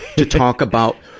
to talk about